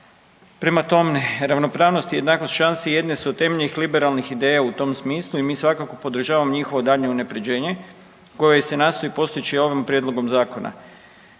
Prema tome ravnopravnost i jednakost šanse jedne su od temeljnih liberalnih ideja u tom smislu i mi svakako podržavamo njihovo daljnje unapređenje koje se nastoji postići ovim prijedlogom zakona.